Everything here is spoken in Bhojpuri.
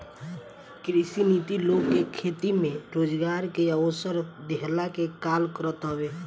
कृषि नीति लोग के खेती में रोजगार के अवसर देहला के काल करत हवे